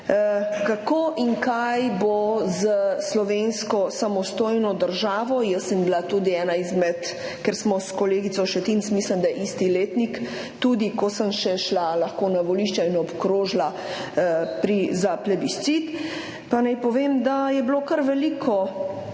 kako in kaj bo s slovensko samostojno državo? Jaz sem bila tudi ena izmed, ker sva s kolegico Šetinc, mislim, da isti letnik, ki smo že lahko šli na volišče, in obkrožila za plebiscit, pa naj povem, da je bilo kar veliko